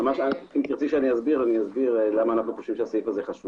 אשמח להסביר, למה אנו חושבים שהסעיף הזה חשוב.